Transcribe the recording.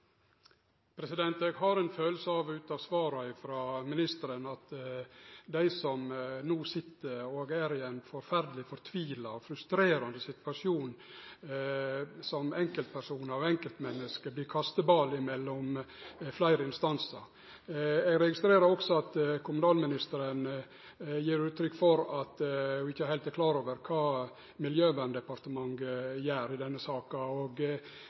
ein forferdeleg fortvila og frustrerande situasjon, som enkeltpersonar og enkeltmenneske vert kasteballar mellom fleire instansar. Eg registrerer også at kommunalministeren gjev uttrykk for at ho ikkje heilt er klar over kva Miljøverndepartementet gjer i denne saka. Synest verkeleg statsråden at det er på denne måten ein skal behandle folk rundt omkring i landet? Burde ikkje statsrådane både i Kommunaldepartementet og